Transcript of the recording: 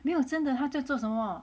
没有真的他在做什么